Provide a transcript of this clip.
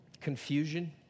confusion